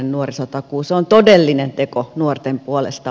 se on todellinen teko nuorten puolesta